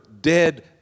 dead